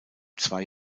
zwei